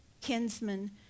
kinsman